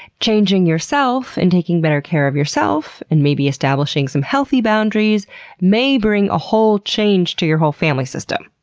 changing yourself and taking better care of yourself and maybe establishing some healthy boundaries may bring a whole change to your whole family system,